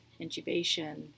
intubation